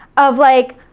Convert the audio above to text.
of like,